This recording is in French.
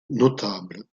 notable